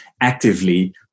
actively